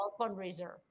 fundraiser